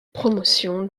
promotion